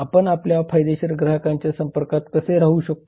आपण आपल्या फायदेशीर ग्राहकांच्या संपर्कात कसे राहू शकतो